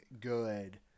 good